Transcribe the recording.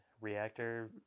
reactor